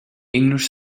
english